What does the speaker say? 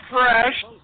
fresh